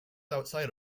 outside